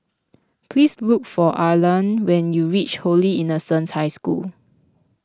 please look for Arlan when you reach Holy Innocents' High School